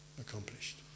accomplished